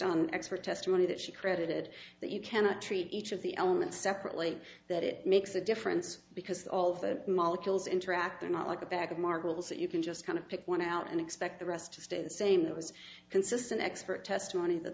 on expert testimony that she credited that you cannot treat each of the elements separately that it makes a difference because all of the molecules interact they're not like the back of marbles that you can just kind of pick one out and expect the rest to stay the same that was consistent expert testimony that